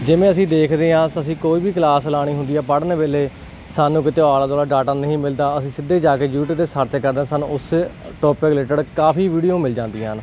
ਜਿਵੇਂ ਅਸੀਂ ਦੇਖਦੇ ਹਾਂ ਅਸੀਂ ਕੋਈ ਵੀ ਕਲਾਸ ਲਾਣੀ ਹੁੰਦੀ ਆ ਪੜ੍ਹਨ ਵੇਲੇ ਸਾਨੂੰ ਕਿਤੇ ਆਲੇ ਦੁਆਲੇ ਡਾਟਾ ਨਹੀਂ ਮਿਲਦਾ ਅਸੀਂ ਸਿੱਧੇ ਜਾ ਕੇ ਯੂਟਿਊਬ ਤੇ ਸਰਚ ਕਰਦੇ ਹਨ ਉਸ ਟੋਪਿਕ ਰਿਲੇਟਿਡ ਕਾਫੀ ਵੀਡੀਓ ਮਿਲ ਜਾਂਦੀਆਂ ਹਨ